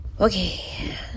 Okay